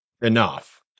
enough